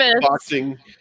boxing